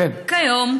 כיום,